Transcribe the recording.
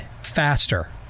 faster